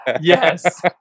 yes